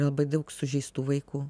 labai daug sužeistų vaikų